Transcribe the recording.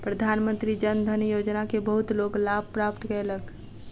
प्रधानमंत्री जन धन योजना के बहुत लोक लाभ प्राप्त कयलक